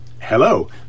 hello